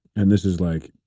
and this is like